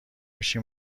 میشی